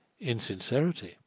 insincerity